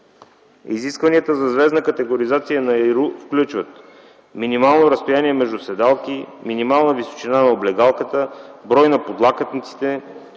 Изискванията за звездна категоризация на IRU включват: - минимално разстояние между седалките; - минимална височина на облегалката; - брой на подлакътниците;